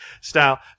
style